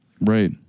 Right